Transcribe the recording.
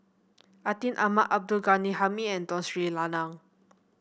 Atin Amat Abdul Ghani Hamid and Tun Sri Lanang